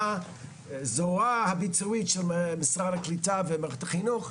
הזרוע הביצועית של משרד הקליטה ומערכת החינוך,